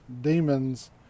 demons